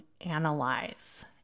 analyze